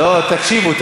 לא, תקשיבו.